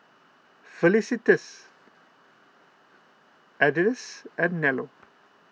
Felicitas Ardyce and Nello